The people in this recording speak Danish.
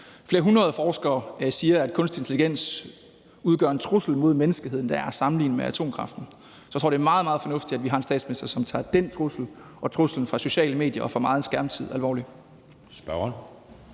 flere hundrede forskere siger, at kunstig intelligens udgør en trussel mod menneskeheden, og at det er at sammenligne med atomkraften. Så jeg tror, at det er meget, meget fornuftigt, at vi har en statsminister, som tager dén trussel og truslen fra sociale medier og for meget skærmtid alvorligt.